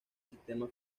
sistema